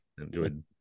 enjoyed